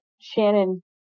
Shannon